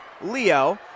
Leo